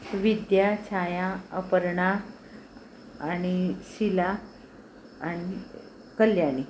विद्या छाया अपर्णा आणि शीला आणि कल्याणी